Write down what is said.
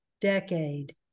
decade